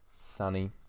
sunny